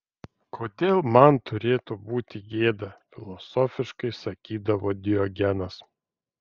kodėl man turėtų būti gėda filosofiškai sakydavo diogenas